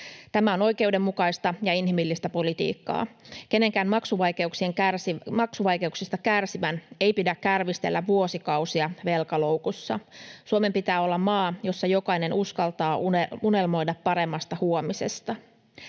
Tämä on oikeudenmukaista ja inhimillistä politiikkaa. Kenenkään maksuvaikeuksista kärsivän ei pidä kärvistellä vuosikausia velkaloukussa. Suomen pitää olla maa, jossa jokainen uskaltaa unelmoida paremmasta huomisesta.